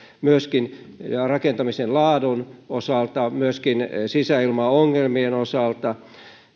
myöskin rakentamisen laadun osalta myöskin sisäilmaongelmien osalta